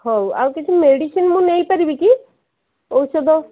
ହଉ ଆଉ କିଛି ମେଡିସିନ୍ ମୁଁ ନେଇ ପାରିବିକି ଔଷଧ